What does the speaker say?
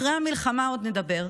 אחרי המלחמה עוד נדבר,